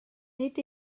nid